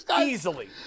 Easily